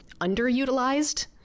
underutilized